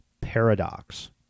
paradox